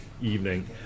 evening